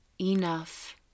enough